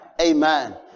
Amen